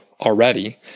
already